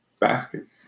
baskets